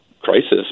crisis